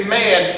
man